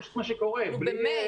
יש